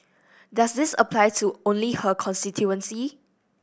does this apply to only her constituency